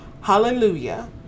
hallelujah